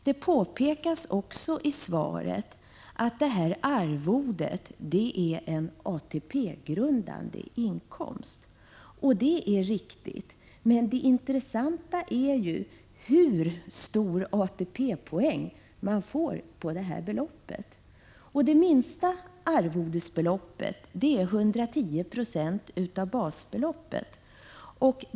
Det påpekas i svaret att arvodet är en ATP-grundande inkomst. Det är riktigt, men det intressanta är hur hög ATP-poäng man får på beloppet. Det minsta arvodet är 110 96 av basbeloppet.